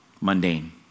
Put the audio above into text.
mundane